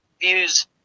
views